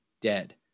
dead